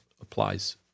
applies